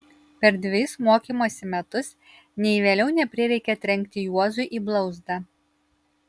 per dvejus mokymosi metus nei vėliau neprireikė trenkti juozui į blauzdą